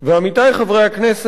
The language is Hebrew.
עמיתי חברי הכנסת,